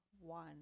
One